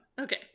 Okay